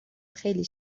خیلی